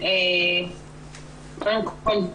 אני בעלת